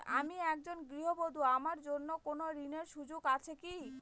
আমি একজন গৃহবধূ আমার জন্য কোন ঋণের সুযোগ আছে কি?